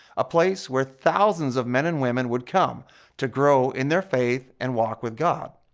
a place where thousands of men and women would come to grow in their faith and walk with god.